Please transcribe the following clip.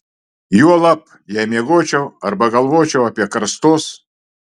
juolab jei miegočiau arba galvočiau apie karstus